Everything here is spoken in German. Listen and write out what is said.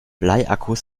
bleiakkus